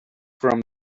from